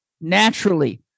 naturally